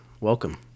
welcome